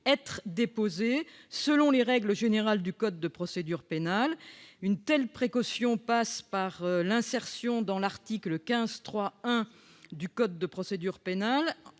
être déposée selon les règles générales du code de procédure pénale. Cette précaution passe par l'insertion à l'article 15-3-1 de ce code d'un